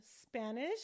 Spanish